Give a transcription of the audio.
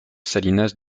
salinas